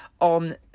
on